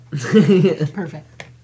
Perfect